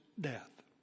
death